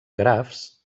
grafs